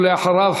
ואחריו,